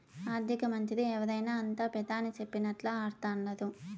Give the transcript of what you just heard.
ఆర్థికమంత్రి ఎవరైనా అంతా పెదాని సెప్పినట్లా ఆడతండారు